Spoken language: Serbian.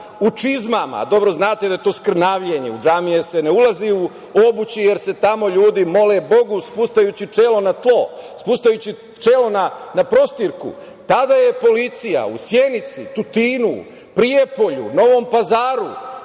u čizmama, dobro znate da je to skrnavljenje, u džamije se ne ulazi u obući jer se tamo ljudi mole bogu spuštajući čelo na tlo, spuštajući čelo na prostirku, tada je policija u Sjenici, Tutinu, Prijepolju, Novom Pazaru,